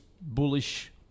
bullish